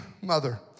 mother